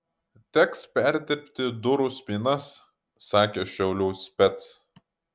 teks perdirbti durų spynas sakė šiaulių spec